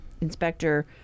inspector